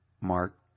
Mark